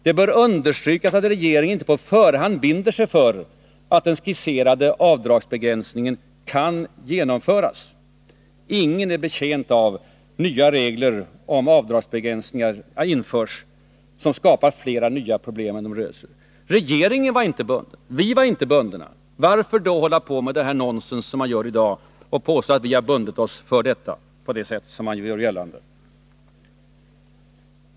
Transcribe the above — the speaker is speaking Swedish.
Det bör understrykas att regeringen ”inte på förhand binder sig för att den skisserade avdragsbegränsningen kan genomföras”. Ingen är betjänt av ”att nya regler om avdragsbegränsningar införs som skapar flera nya problem än de löser”. Regeringen var inte bunden, vi var inte bundna. Varför då, som man gör i dag, påstå att vi har bundit oss? Det är nonsens.